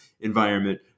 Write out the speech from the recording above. environment